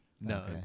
No